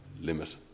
limit